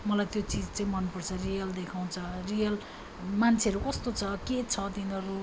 मलाई त्यो चिज चाहिँ मन पर्छ रियल देखाउँछ रियल मान्छेहरू कस्तो छ के छ तिनीहरू